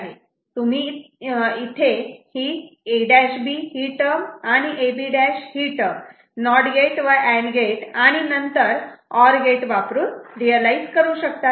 इथे तुम्ही ही A'B ही टर्म आणि AB' ही टर्म नॉट गेट व अँड गेट आणि नंतर ऑर गेट वापरून रियलायझ करू शकतात